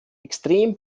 extrem